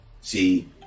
See